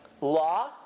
Law